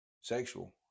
sexual